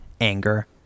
anger